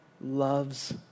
loves